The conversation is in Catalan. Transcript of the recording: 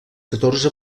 catorze